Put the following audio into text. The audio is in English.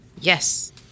Yes